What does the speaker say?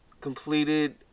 completed